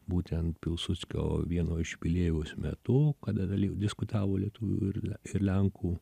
būtent pilsudskio vieno iš pilėjaus metu kada galė diskutavo lietuvių ir ir lenkų